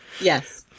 Yes